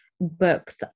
books